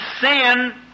sin